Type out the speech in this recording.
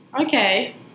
Okay